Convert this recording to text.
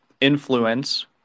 influence